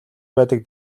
байдаг